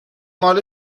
مال